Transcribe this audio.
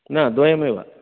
न द्वयमेव